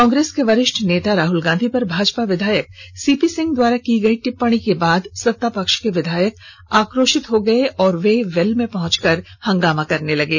कांग्रेस के वरिष्ठ नेता राहुल गांधी पर भाजपा विधायक सीपी सिंह द्वारा की गयी टिप्पणी के बाद सत्ता पक्ष के विधायक आकोषित हो गये और वे वेल में पहंच कर हंगामा करने लगे